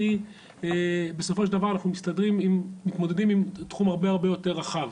כי בסופו של דבר אנחנו מתמודדים עם תחום הרבה-הרבה יותר רחב.